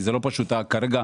כרגע,